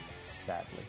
Sadly